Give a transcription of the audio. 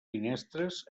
finestres